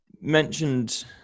mentioned